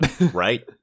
Right